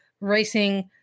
racing